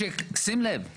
שים לב,